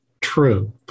true